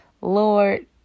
Lord